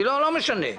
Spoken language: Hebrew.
לא משנה.